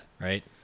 Right